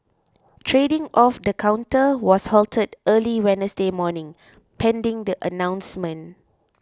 trading of the counter was halted early Wednesday morning pending the announcement